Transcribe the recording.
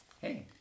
hey